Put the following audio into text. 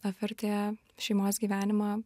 apvertė šeimos gyvenimą